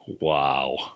Wow